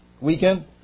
weekend